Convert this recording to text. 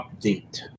update